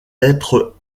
être